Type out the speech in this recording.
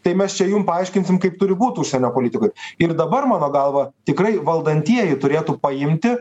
tai mes čia jum paaiškinsim kaip turi būt užsienio politikoj ir dabar mano galva tikrai valdantieji turėtų paimti